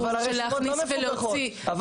אבל הרשימות לא מפוקחות.